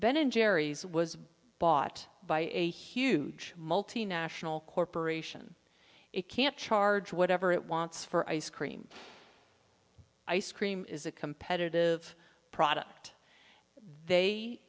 ben and jerry's was bought by a huge multinational corporation it can charge whatever it wants for ice cream ice cream is a competitive product they